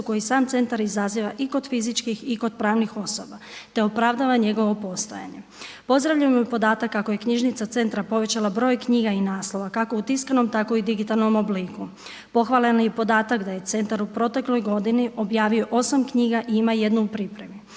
koji sam centar izaziva i kod fizičkih i kod pravnih osoba, te opravdava njegovo postojanje. Pozdravljam i podatak kako je knjižnica centra povećala broj knjiga i naslova kako u tiskanom, tako i u digitalnom obliku. Pohvaljen je i podatak da je centar u protekloj godini objavio 8 knjiga i ima jednu u pripremi.